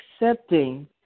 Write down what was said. accepting